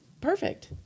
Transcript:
perfect